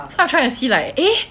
so I try to see like eh